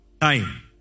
time